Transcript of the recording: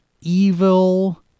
evil